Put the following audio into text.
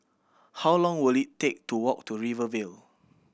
how long will it take to walk to Rivervale